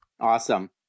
Awesome